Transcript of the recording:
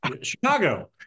chicago